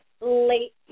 late